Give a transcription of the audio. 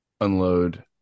unload